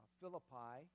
Philippi